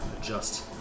adjust